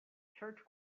church